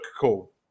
cool